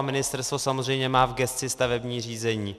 A ministerstvo má samozřejmě v gesci stavební řízení.